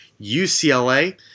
UCLA